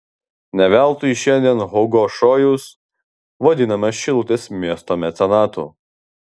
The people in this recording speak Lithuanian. ne veltui šiandien hugo šojus vadinamas šilutės miesto mecenatu